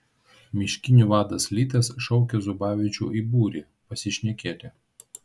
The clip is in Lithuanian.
miškinių vadas litas šaukia zubavičių į būrį pasišnekėti